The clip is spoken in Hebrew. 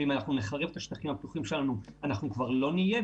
ואם אנחנו נחרב את השטחים הפתוחים שלנו אנחנו כבר לא נהיה,